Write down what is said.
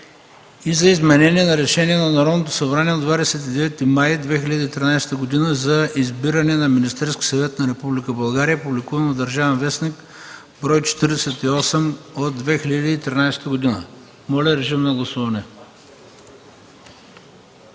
и за изменение на решение на Народното събрание от 29 май 2013 г. за избиране на Министерски съвет на Република България, публикувано в „Държавен вестник”, бр. 48 от 2013 г. Моля режим на гласуване.